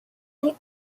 they